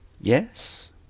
Yes